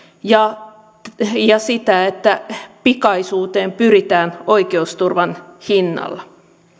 ja ja sitä että pikaisuuteen pyritään oikeusturvan hinnalla